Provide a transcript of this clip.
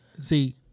See